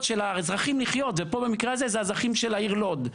של האזרחים לחיות ופה במקרה הזה זה האזרחים של העיר לוד.